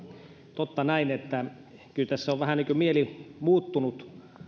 totta näin että kyllä tässä on vähän niin kuin mieli muuttunut